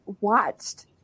watched